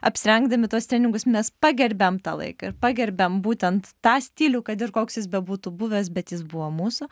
apsirengdami tuos treningus mes pagerbiam tą laiką ir pagerbiam būtent tą stilių kad ir koks jis bebūtų buvęs bet jis buvo mūsų